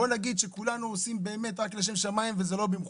בואו נגיד שכולנו עושים באמת רק לשם שמיים וזה לא במכוון,